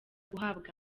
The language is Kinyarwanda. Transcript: guhabwa